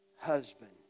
husband